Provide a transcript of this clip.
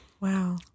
Wow